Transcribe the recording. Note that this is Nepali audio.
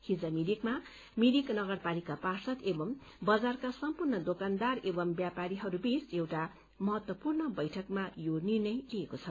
हिज मिरिकमा मिरिक नगरपालिका पार्षद एवं बजारका सम्पूर्ण दोकानदार एवं व्यापारीहरू बीच एउटा महत्वपूर्ण बैठकमा यो निर्णय लिइएको छ